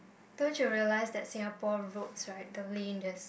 don't you realise that Singapore roads right the lane is